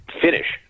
finish